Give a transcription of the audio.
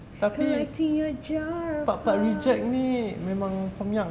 tapi part part reject ni memang from young